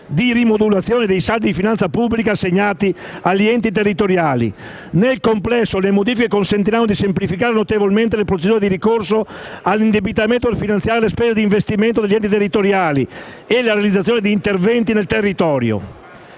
di rimodulazione dei saldi di finanza pubblica assegnati agli enti territoriali. Nel complesso, le modifiche consentiranno di semplificare notevolmente le procedure di ricorso all'indebitamento per finanziare le spese di investimento degli enti territoriali e la realizzazione di interventi nel territorio.